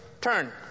turn